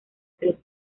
tres